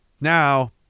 now